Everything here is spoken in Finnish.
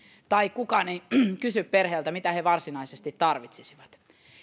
tai kukaan ei kysy perheeltä mitä he varsinaisesti tarvitsisivat